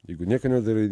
jeigu nieko nedarai